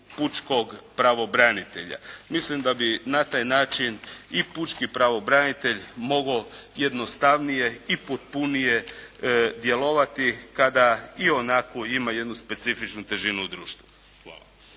pučkog pravobranitelja. Mislim da bi na taj način i pučki pravobranitelj mogao jednostavnije i potpunije djelovati kada ionako ima jednu specifičnu težinu u društvu.